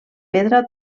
pedra